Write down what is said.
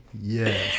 Yes